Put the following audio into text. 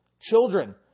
Children